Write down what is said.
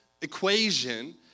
equation